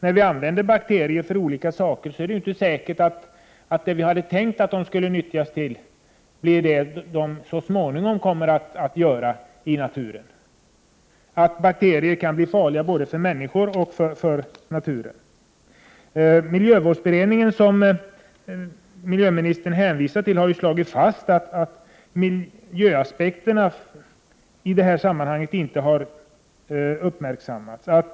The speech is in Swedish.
När vi använder bakterier för olika ändamål är det inte säkert att det vi hade tänkt att bakterierna skulle nyttjas till överensstämmer med det som de så småningom verkligen kommer att göra i naturen. Bakterier kan bli farliga både för människor och för naturen. Miljövårdsberedningen, som miljöministern hänvisar till, har ju slagit fast att miljöaspekterna i det här sammanhanget inte har uppmärksammats.